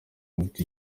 mfite